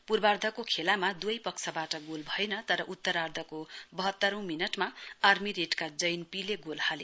पूर्वार्धको खेलमा दुव पक्षबाट गोल भएन तर उत्तरार्धको बहत्तरौ मिनटमा आर्मी रेडका जैन पी ले गोल हाले